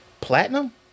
Platinum